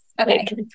Okay